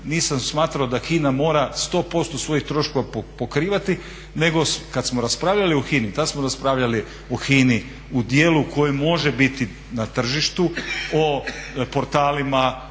nisam smatrao da HINA mora 100% svojih troškova pokrivati nego kad smo raspravljali u HINA-i tad smo raspravljali o HINA-i u djelu koji može biti na tržištu, o portalima,